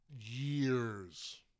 years